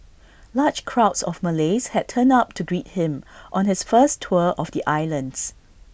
large crowds of Malays had turned up to greet him on his first tour of the islands